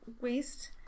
waist